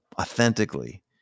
authentically